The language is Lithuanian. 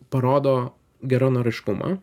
parodo geranoriškumą